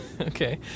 Okay